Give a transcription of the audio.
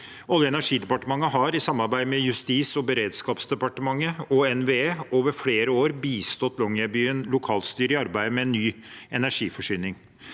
Olje- og energidepartementet har, i samarbeid med Justis- og beredskapsdepartementet og NVE, over flere år bistått Longyearbyen lokalstyre i arbeidet med ny energiforsyning.